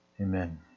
Amen